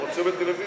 זה בטלוויזיה.